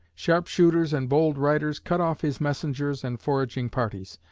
sharp-shooters and bold riders cut off his messengers and foraging parties.